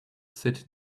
sit